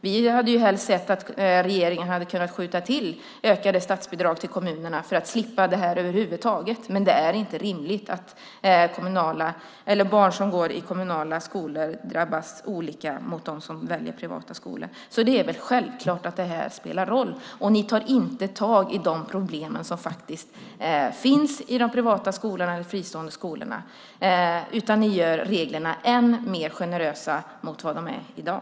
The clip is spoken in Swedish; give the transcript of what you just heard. Vi hade helst sett att regeringen hade kunnat skjuta till ökade statsbidrag till kommunerna för att slippa detta över huvud taget. Det är inte rimligt att barn som går i kommunala skolor drabbas annorlunda än de som väljer privata skolor. Det är självklart att det här spelar roll. Ni tar inte tag i de problem som finns i de fristående skolorna, utan ni gör reglerna mer generösa än vad de är i dag.